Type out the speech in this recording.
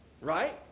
right